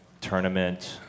tournament